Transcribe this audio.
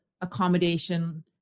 accommodation